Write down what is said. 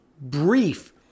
brief